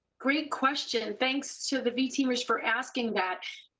great question, thanks to the v teamers for asking that.